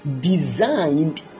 designed